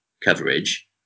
coverage